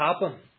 happen